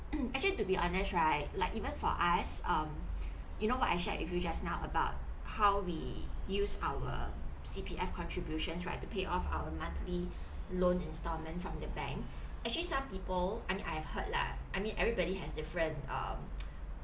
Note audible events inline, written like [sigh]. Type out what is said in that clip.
[noise] actually to be honest right like even for us um you know what I shared with you just now about how we use our C_P_F contributions right to pay off our monthly loan installment from the bank actually some people I mean I've heard lah I mean everybody has different um [noise]